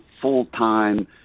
full-time